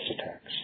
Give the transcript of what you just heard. attacks